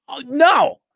No